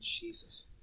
Jesus